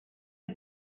for